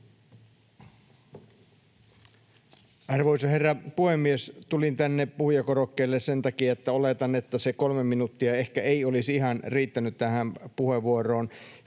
Arvoisa herra puhemies! Tulin tänne puhujakorokkeelle sen takia, että oletan, että se kolme minuuttia ehkä ei olisi ihan riittänyt tähän puheenvuoroon.